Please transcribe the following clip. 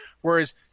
Whereas